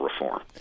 reform